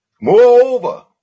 Moreover